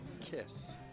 Kiss